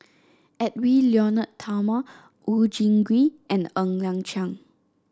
Edwy Lyonet Talma Oon Jin Gee and Ng Liang Chiang